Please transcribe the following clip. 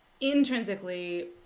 Intrinsically